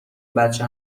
بچه